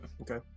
Okay